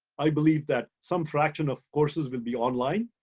i believe that some fraction of courses will be online.